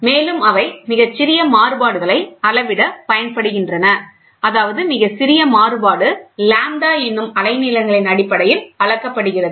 மேலும் அவை மிகச் சிறிய மாறுபாடுகளை அளவிடப் பயன்படுகின்றன அதாவது மிகச் சிறிய மாறுபாடு λ என்னும் அலைநீளங்களின் அடிப்படையில் அளக்கப்படுகிறது